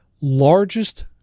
largest